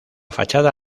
fachada